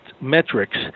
metrics